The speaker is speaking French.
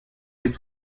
est